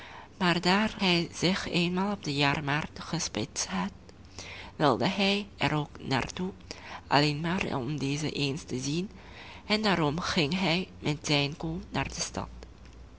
maar daar hij zich eenmaal op de jaarmarkt gespitst had wilde hij er ook naar toe alleen maar om deze eens te zien en daarom ging hij met zijn koe naar de stad